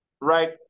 right